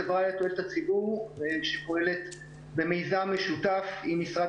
חברה לתועלת הציבור שפועלת במיזם משותף עם משרד